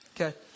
Okay